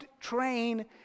train